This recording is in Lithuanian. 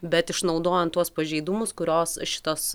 bet išnaudojant tuos pažeidumus kurios šitos